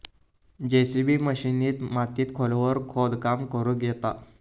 JCB मशिनीन मातीत खोलवर खोदकाम करुक येता